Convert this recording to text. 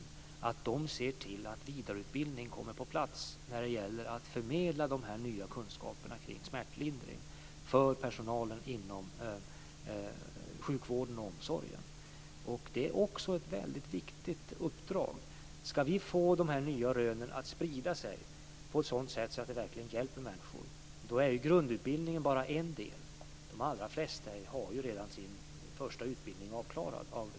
De måste se till att vidareutbildning kommer på plats när det gäller att förmedla dessa nya kunskaper kring smärtlindring för personalen inom sjukvården och omsorgen. Det är också ett väldigt viktigt uppdrag. Ska vi få dessa nya rön att sprida sig på ett sådant sätt att det verkligen hjälper människor är grundutbildningen bara en del. De allra flesta läkare och sjuksköterskor har redan sin första utbildning avklarad.